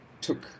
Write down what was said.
took